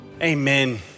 Amen